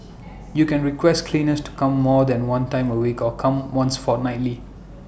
you can request cleaners to come more than one time A week or come once fortnightly